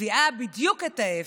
מביאה בדיוק את ההפך,